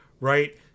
right